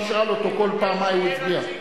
נשאל אותו כל פעם מה הוא מצביע.